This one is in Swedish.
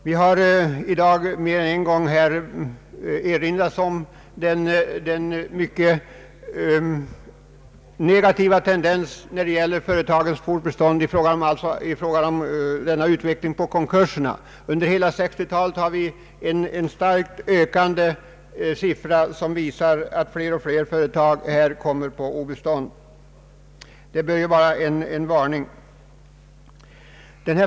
Här har i dag mer än en gång erinrats om den mycket negativa tendensen i fråga om företagskonkurserna. Under hela 1960-talet har fler och fler företag kommit på obestånd. Det bör vara en varning.